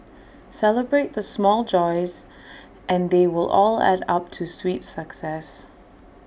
celebrate the small joys and they will all add up to sweet success